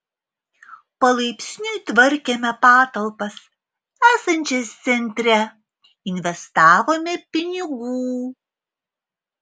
palaipsniui tvarkėme patalpas esančias centre investavome pinigų